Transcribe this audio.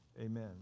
amen